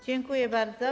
Dziękuję bardzo.